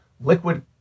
liquid